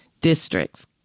districts